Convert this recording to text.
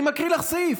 אני מקריא לך סעיף: